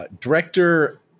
Director